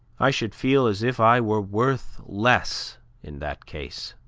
i should feel as if i were worth less in that case.